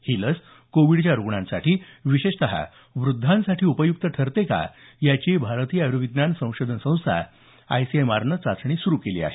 ही लस कोविडच्या रुग्णांसाठी विशेषतः वृद्धांसाठी उपयुक्त ठरते का याची भारतीय आयुर्विज्ञान संशोधन संस्था आयसीएमआरने चाचणी सुरू केली आहे